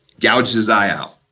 gouged his eye out,